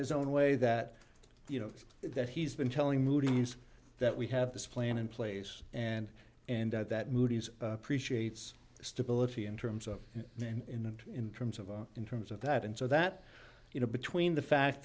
his own way that you know that he's been telling moody's that we have this plan in place and and that moody's appreciates stability in terms of them in and in terms of in terms of that and so that you know between the fact